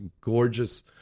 gorgeous